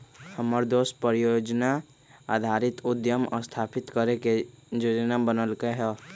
हमर दोस परिजोजना आधारित उद्यम स्थापित करे के जोजना बनलकै ह